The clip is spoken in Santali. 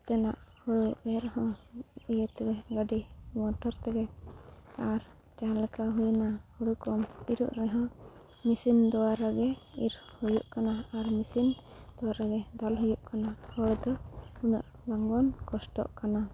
ᱡᱚᱛᱚᱱᱟᱜ ᱦᱩᱲᱩ ᱮᱨ ᱦᱚᱸ ᱤᱭᱟᱹ ᱛᱮᱜᱮ ᱜᱟᱹᱰᱤ ᱢᱚᱴᱚᱨ ᱛᱮᱜᱮ ᱟᱨ ᱡᱟᱦᱟᱸ ᱞᱮᱠᱟ ᱦᱩᱭᱱᱟ ᱦᱩᱲᱩ ᱠᱚᱢ ᱤᱨᱚᱜ ᱨᱮᱦᱚᱸ ᱢᱤᱥᱤᱱ ᱫᱚᱣᱟᱨᱟᱜᱮ ᱤᱨ ᱦᱩᱭᱩᱜ ᱠᱟᱱᱟ ᱟᱨ ᱢᱤᱥᱤᱱ ᱫᱚᱣᱟᱨᱟ ᱜᱮ ᱫᱟᱞ ᱦᱩᱭᱩᱜ ᱠᱟᱱᱟ ᱦᱚᱲ ᱫᱚ ᱩᱱᱟᱹᱜ ᱵᱟᱝᱵᱚᱱ ᱠᱚᱥᱴᱚᱜ ᱠᱟᱱᱟ